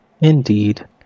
Indeed